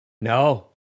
No